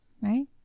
right